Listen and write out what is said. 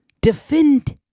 defend